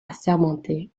assermenté